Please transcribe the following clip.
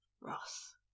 Ross